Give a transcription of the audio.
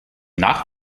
nach